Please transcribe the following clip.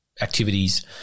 activities